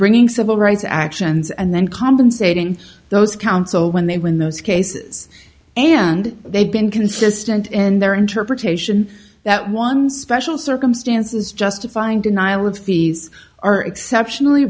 bringing civil rights actions and then compensating those counsel when they were in those cases and they've been consistent in their her petition that one special circumstances justifying denial of fees are exceptionally